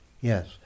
yes